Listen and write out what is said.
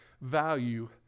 value